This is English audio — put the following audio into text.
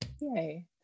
yay